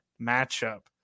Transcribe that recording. matchup